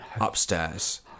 upstairs